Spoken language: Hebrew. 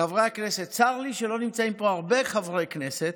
חברי הכנסת, צר לי שלא נמצאים פה הרבה חברי כנסת,